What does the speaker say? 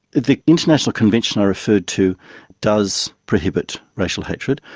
the international convention i referred to does prohibit racial hatred.